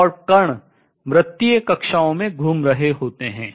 और कण वृतीय कक्षाओं में घूम रहे होते हैं